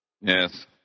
Yes